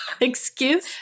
excuse